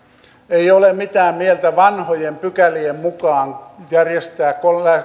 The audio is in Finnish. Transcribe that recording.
ei ole mitään mieltä vanhojen pykälien mukaan järjestää